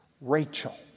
Rachel